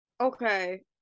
Okay